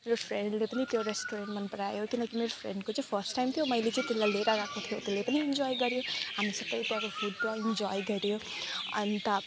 मेरो फ्रेन्डले पनि त्यो रेस्टुरेन्ट मन परायो किनकि मेरो फ्रेन्डको चाहिँ फर्स्ट टाइम थियो मैले चाहिँ लिएर गएको थिएँ त्यसले पनि इन्जोय गर्यो हामी सबैले त्यहाँको फुड पुरा इन्जोय गर्यो अन्त